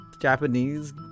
Japanese